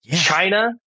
China